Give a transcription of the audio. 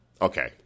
Okay